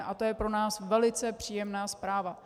A to je pro nás velice příjemná zpráva.